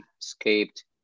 escaped